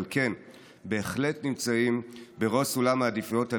אבל בהחלט נמצאים בראש סולם העדיפויות הלאומי,